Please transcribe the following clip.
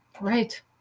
Right